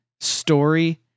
story